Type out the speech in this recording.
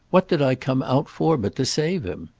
what did i come out for but to save him?